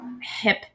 hip